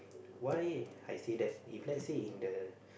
why I say that if let's say in the